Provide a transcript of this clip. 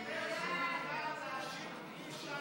ההצעה להעביר לוועדה את הצעת